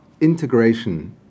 integration